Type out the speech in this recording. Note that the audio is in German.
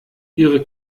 ihre